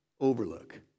overlook